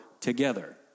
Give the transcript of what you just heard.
Together